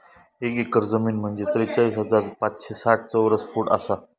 एक एकर जमीन म्हंजे त्रेचाळीस हजार पाचशे साठ चौरस फूट आसा